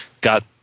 got